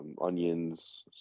onions